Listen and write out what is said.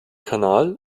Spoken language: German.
kanal